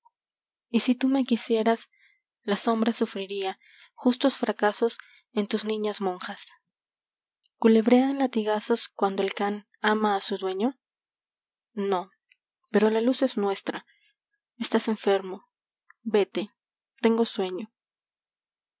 si tú me quisieras la sombra sufriría justos fracasos en tus niñas monjas culebrean latigazos cuando el can ama a su dueño nó pero la luz es nuestra estas enfermo vete tengo sueño